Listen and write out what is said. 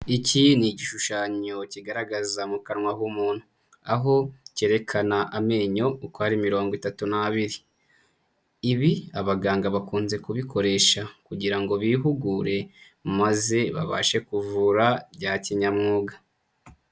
Iki ni igishushanyo kigaragaza mu kanwa h'umuntu aho kerekana amenyo uko ari mirongo itatu n'abiri, ibi abaganga bakunze kubikoresha kugira ngo bihugure maze babashe kuvura bya kinyamwuga.